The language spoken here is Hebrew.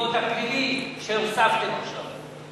בעקבות הפלילי שהוספתם עכשיו.